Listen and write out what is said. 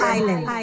Island